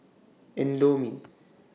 Indomie